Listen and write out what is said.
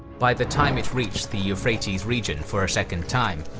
by the time it reached the euphrates region for a second time,